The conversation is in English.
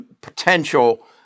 potential